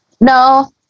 No